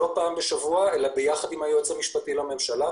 לא פעם בשבוע, אלא ביחד עם היועץ המשפטי לממשלה.